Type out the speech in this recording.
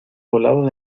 volado